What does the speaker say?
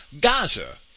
Gaza